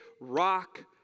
rock